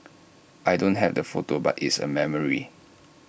I don't have the photo but it's A memory